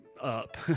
up